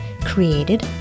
Created